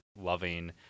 loving